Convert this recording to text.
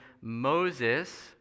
Moses